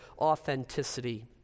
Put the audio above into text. authenticity